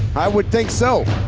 i would think so.